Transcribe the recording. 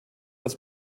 das